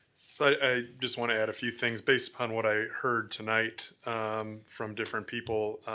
so i just want to add a few things based upon what i heard tonight um from different people.